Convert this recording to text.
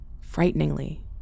frighteningly